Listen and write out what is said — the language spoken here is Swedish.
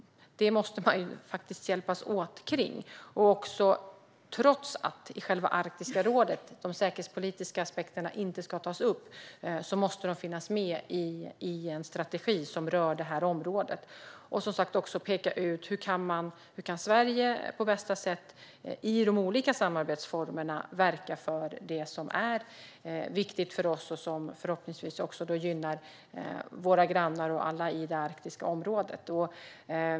Där måste man hjälpas åt. Trots att de säkerhetspolitiska aspekterna inte ska tas upp i Arktiska rådet måste de finnas med i en strategi som rör området. Man måste också peka ut hur Sverige på bästa sätt i de olika samarbetsformerna kan verka för det som är viktigt för oss. Förhoppningsvis gynnar det också våra grannar och alla i det arktiska området.